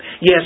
Yes